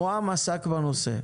ראש הממשלה עסק בנושא.